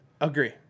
Agree